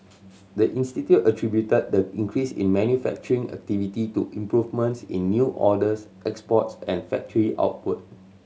the institute attributed the increase in manufacturing activity to improvements in new orders exports and factory output